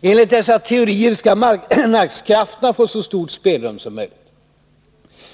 Enligt dessa teorier skall marknadskrafterna få så stort spelrum som möjligt.